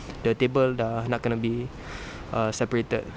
the table sudah nak kena be err separated